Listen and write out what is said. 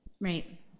Right